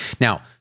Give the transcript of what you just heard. Now